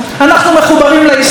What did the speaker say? אנחנו מחוברים להיסטוריה,